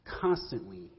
constantly